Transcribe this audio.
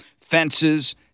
Fences